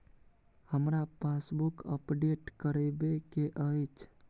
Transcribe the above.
हमरा passbook update करैबे के अएछ?